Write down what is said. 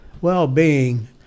well-being